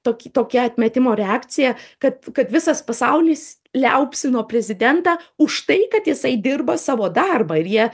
tok tokia atmetimo reakcija kad kad visas pasaulis liaupsino prezidentą už tai kad jisai dirba savo darbą ir jie